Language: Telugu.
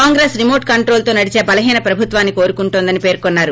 కాంగ్రెస్ రిమోట్ కంట్రోల్తో నడిచే బలహీన ప్రభుత్వాన్ని కోరుకుంటోందని పెర్కున్నారు